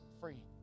free